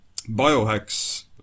biohacks